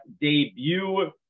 debut